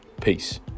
peace